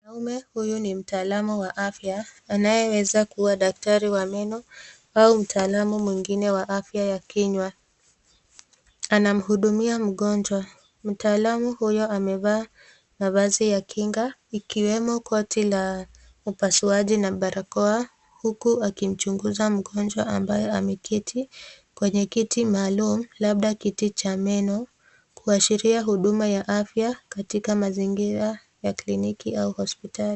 Mwanaume huyu ni mtaalamu wa afya anayeweza kuwa daktari wa meno au mtaalamu mwingine wa afya ya kinywa. Anamhudumia mgonjwa mtaalamu huyo amevaa mavazi ya kinga ikiwemo koti la upasuaji na barakoa huku akimchunguza mgonjwa ambaye ameketi kwenye kiti maalum labda kiti cha meno kuashiria huduma ya afya katika mazingira ya kliniki au hospitali.